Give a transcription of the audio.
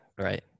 right